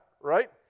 right